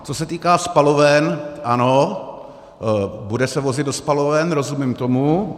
Co se týká spaloven, ano, bude se vozit do spaloven, rozumím tomu.